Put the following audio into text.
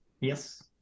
yes